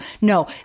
No